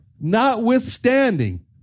Notwithstanding